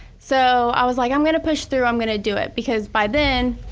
so i was like i'm gonna push through, i'm gonna do it because by then,